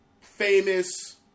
Famous